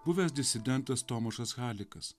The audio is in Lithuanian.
buvęs disidentas tomašas halikas